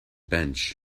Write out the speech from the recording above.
bench